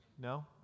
No